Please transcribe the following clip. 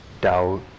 doubt